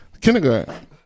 Kindergarten